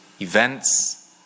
events